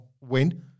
win